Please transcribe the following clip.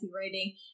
writing